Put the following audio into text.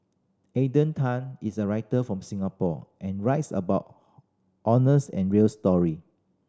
Alden Tan is a writer from Singapore and writes about honest and real story